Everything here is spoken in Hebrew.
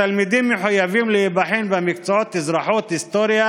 התלמידים מחויבים להיבחן במקצועות אזרחות והיסטוריה